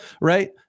right